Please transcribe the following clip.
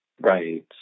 Right